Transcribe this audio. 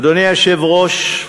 אדוני היושב-ראש,